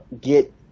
get